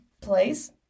place